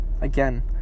Again